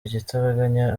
igitaraganya